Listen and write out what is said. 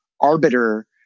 arbiter